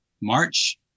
March